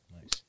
Nice